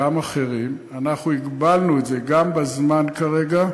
וגם עם אחרים, אנחנו הגבלנו את זה גם בזמן, כרגע,